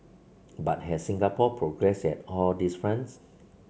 but has Singapore progressed at all these fronts